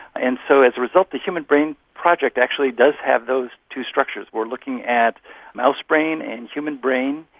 and so as a result the human brain project actually does have those two structures. we are looking at mouse brain and human brain,